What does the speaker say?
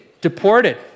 deported